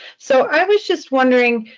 so i was just wondering,